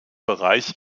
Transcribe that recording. bereich